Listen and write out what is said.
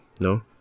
No